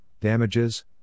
damages